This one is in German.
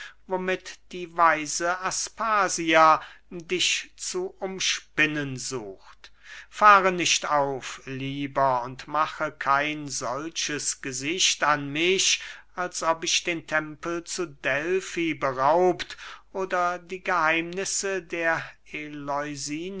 womit die weise aspasia dich zu umspinnen sucht fahre nicht auf lieber und mache kein solches gesicht an mich als ob ich den tempel zu delfi beraubt oder die geheimnisse der